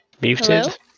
Muted